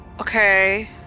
okay